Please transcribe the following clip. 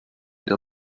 der